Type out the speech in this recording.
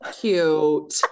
Cute